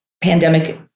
pandemic